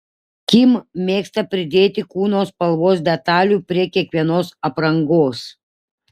kim mėgsta pridėti kūno spalvos detalių prie kiekvienos aprangos